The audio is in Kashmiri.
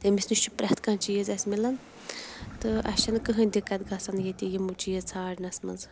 تٔمِس تہِ چھُ پرٛٮ۪تھ کانٛہہ چیٖز اَسہِ مِلان تہٕ اَسہِ چھَنہٕ کٕہٕنۍ دِقت گژھان ییٚتہِ یِم چیٖز ژھانٛڈنَس منٛز